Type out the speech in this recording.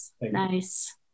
Nice